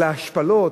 על ההשפלות,